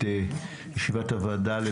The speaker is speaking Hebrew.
אני מתכבד לפתוח את ישיבת הוועדה לענייני